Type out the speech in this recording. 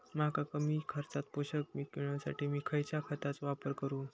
मका कमी खर्चात पोषक पीक मिळण्यासाठी मी खैयच्या खतांचो वापर करू?